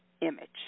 image